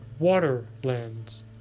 Waterlands